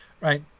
right